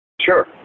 Sure